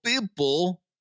people